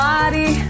Body